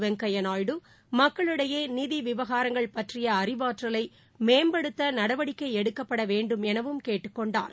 வெங்கையநாயுடு மக்களிடையேநிதிவிவகாரங்கள் பற்றியஅறிவாற்றலைமேம்படுத்தநடவடிக்கைஎடுக்கப்படவேண்டும் எனவும் கேட்டுக் கொண்டார்